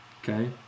okay